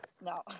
no